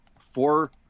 four